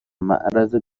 معرض